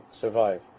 survive